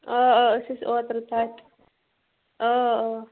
آ آ أسۍ ٲسۍ اوترٕ تَتہِ اَوا اَوا